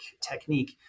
technique